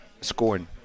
scoring